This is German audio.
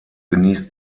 genießt